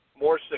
more